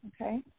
Okay